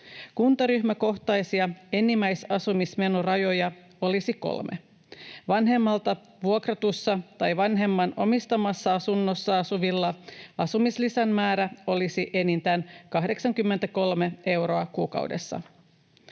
Kuntaryhmäkohtaisia enimmäisasumismenorajoja olisi kolme. Vanhemmalta vuokratussa tai vanhemman omistamassa asunnossa asuvilla asumislisän määrä olisi enintään 83 euroa kuukaudessa.